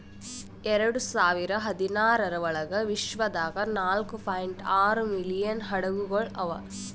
ಎರಡು ಸಾವಿರ ಹದಿನಾರರ ಒಳಗ್ ವಿಶ್ವದಾಗ್ ನಾಲ್ಕೂ ಪಾಯಿಂಟ್ ಆರೂ ಮಿಲಿಯನ್ ಹಡಗುಗೊಳ್ ಅವಾ